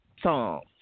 songs